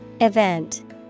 Event